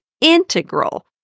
integral